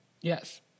yes